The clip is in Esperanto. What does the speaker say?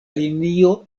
linio